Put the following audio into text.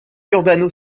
urbano